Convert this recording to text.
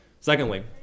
Secondly